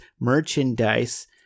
Merchandise